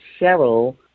Cheryl